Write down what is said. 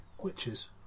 Witches